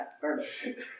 perfect